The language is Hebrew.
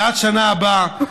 עד השנה הבאה,